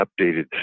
updated